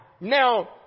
Now